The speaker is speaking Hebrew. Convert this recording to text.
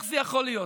איך זה יכול להיות?